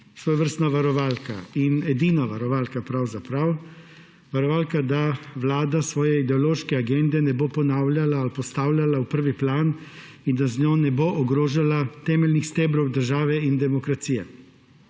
svojevrstna varovalka in edina varovalka, pravzaprav. Varovalka, da vlada svoje ideološke agende ne bo ponavljala ali postavljala v prvi plan in da z njo ne bo ogrožala temeljnih stebrov države in demokracije.